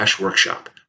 workshop